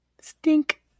Stink